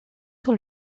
sur